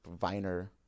Viner